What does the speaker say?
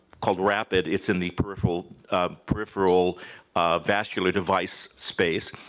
called rapid, it's in the peripheral ah peripheral vascular device space,